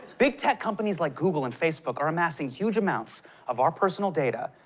big tech companies like google and facebook are amassing huge amounts of our personal data,